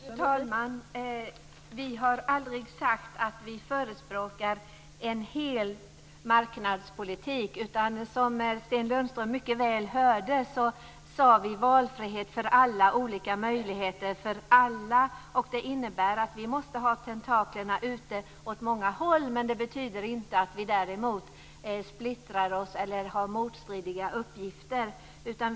Fru talman! Vi har aldrig sagt att vi förespråkar en total marknadspolitik, utan som Sten Lundström mycket väl hörde talade jag om valfrihet för alla och olika möjligheter för alla. Det innebär att vi måste ha tentaklerna ute åt många håll. Men det betyder inte att vi är splittrade eller har motstridiga uppfattningar.